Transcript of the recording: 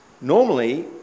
normally